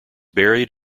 buried